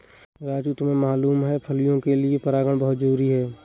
राजू तुम्हें मालूम है फलियां के लिए परागन बहुत जरूरी है